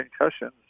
concussions